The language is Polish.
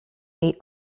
jej